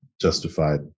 justified